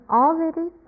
already